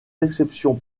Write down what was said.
exceptions